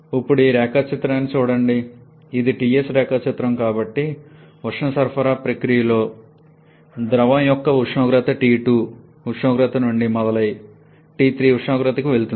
ఇప్పుడు ఈ రేఖాచిత్రాన్ని చూడండి ఇది Ts రేఖాచిత్రం కాబట్టి ఉష్ణ సరఫరా ప్రక్రియలో ద్రవం యొక్క ఉష్ణోగ్రత T2 నుండి మొదలై ఉష్ణోగ్రత T3 కి వెళుతుంది